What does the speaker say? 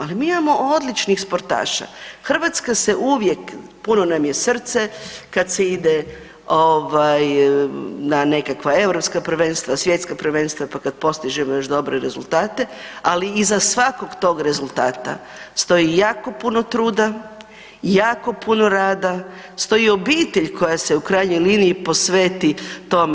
Ali mi imamo odličnih sportaša, Hrvatska se uvijek puno nam je srce kad se ide na nekakva europska prvenstva, svjetska prvenstva pa kad postižemo još dobre rezultate, ali iza svakog tog rezultata stoji jako puno truda, jako puno rada, stoji obitelj koja se u krajnjoj liniji posveti tome.